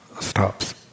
stops